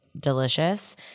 delicious